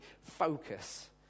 Focus